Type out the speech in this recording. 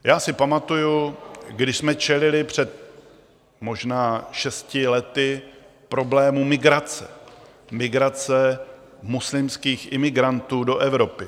Já si pamatuji, když jsme čelili před možná šesti lety problému migrace, migrace muslimských imigrantů do Evropy.